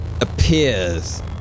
appears